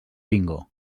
bingo